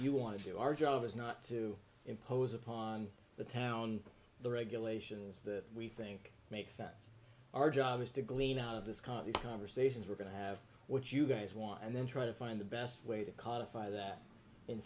you want to do our job is not to impose upon the town the regulations that we think make sense our job is to clean out of this kind of the conversations we're going to have what you guys want and then try to find the best way to